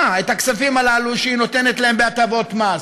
את הכספים הללו שהיא נותנת להם בהטבות מס?